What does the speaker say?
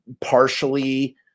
partially